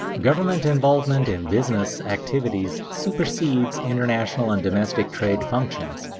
government involvement in business activities supersedes international and domestic trade functions,